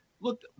Look